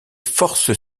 forces